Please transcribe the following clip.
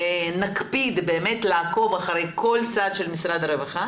נקפיד באמת לעקוב אחרי כל צעד של משרד הרווחה